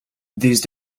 these